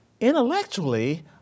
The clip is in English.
Intellectually